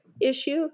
issue